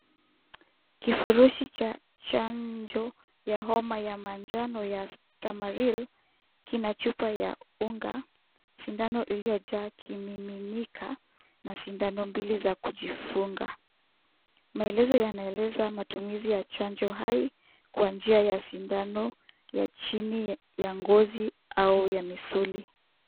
Kifurushi cha chanjo ya homa ya manjano ya Tamaryl kina chupa ya unga, sindano iliyojaa kiminika, na sindano mbili za kujifunga. Maelezo yanaeleza matumizi ya chanjo hai, kwa njia ya sindano ya chini ya ngozi au ya misuli.